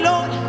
Lord